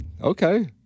okay